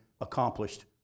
accomplished